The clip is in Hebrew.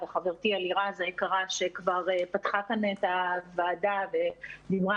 וחברתי אלירז היקרה שכבר פתחה כאן את הוועדה ודיברה